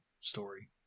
story